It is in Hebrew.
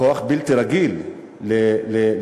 כוח בלתי רגיל לכולנו,